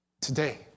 Today